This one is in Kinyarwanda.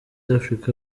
africa